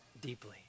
deeply